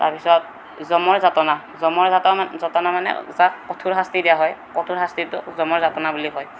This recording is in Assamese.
তাৰ পিছত যমৰ যাতনা যমৰ যাতনা মানে যাক কঠোৰ শাস্তি দিয়া হয় কঠোৰ শাস্তিটোক যমৰ যাতনা বুলি কয়